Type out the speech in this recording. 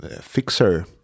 fixer